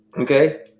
okay